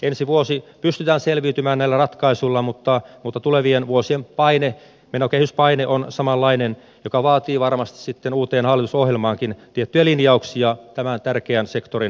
ensi vuosi pystytään selviytymään näillä ratkaisuilla mutta tulevien vuosien menokehyspaine on samanlainen mikä vaatii varmasti sitten uuteen hallitusohjelmaankin tiettyjä linjauksia tämän tärkeän sektorin hoitamisessa